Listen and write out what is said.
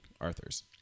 Arthur's